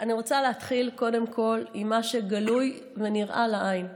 קודם כול אני רוצה להתחיל עם מה שגלוי ונראה לעין,